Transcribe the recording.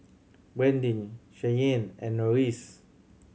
Brandin Cheyenne and Norris